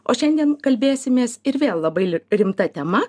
o šiandien kalbėsimės ir vėl labai rimta tema